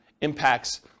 impacts